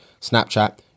Snapchat